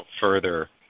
further